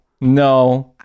No